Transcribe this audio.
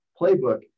playbook